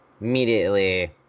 immediately